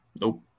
Nope